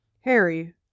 Harry